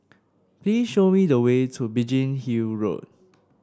please show me the way to Biggin Hill Road